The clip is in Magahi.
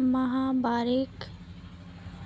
महावीरक